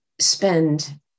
spend